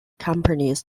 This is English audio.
companies